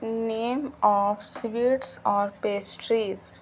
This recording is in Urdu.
نیم آف سویٹس اور پیسٹریز